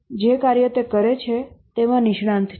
જે કાર્ય તે કરે છે તેમાં નિષ્ણાત છે